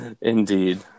Indeed